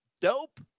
Dope